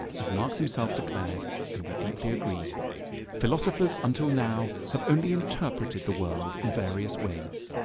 as marx himself declared, and we deeply agree philosophers until now have only interpreted the world in various ways.